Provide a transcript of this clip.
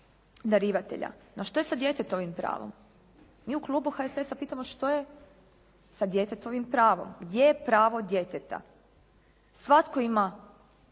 darivatelja. No, što je sa djetetovim pravom. Mi u klubu HSS-a pitamo što je sa djetetovim pravom? Gdje je pravo djeteta? Svatko ima